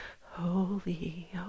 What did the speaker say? holy